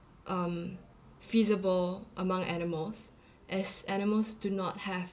um feasible among animals as animals do not have